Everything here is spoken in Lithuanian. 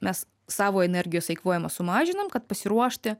mes savo energijos eikvojimą sumažinam kad pasiruošti